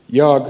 joo